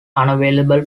unavailable